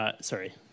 sorry